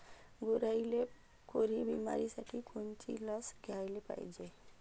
गुरांइले खुरी बिमारीसाठी कोनची लस द्याले पायजे?